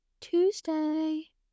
Tuesday